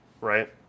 right